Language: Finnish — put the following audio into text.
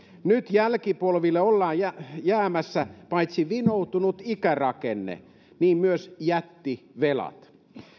nyt jälkipolville on jäämässä paitsi vinoutunut ikärakenne myös jättivelat ulosmittaako